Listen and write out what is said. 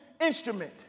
instrument